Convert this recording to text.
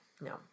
No